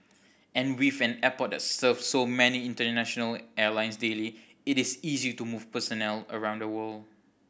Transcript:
and with an airport that serves so many international airlines daily it is easy to move personnel around the world